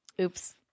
Oops